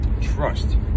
trust